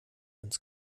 ins